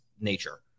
nature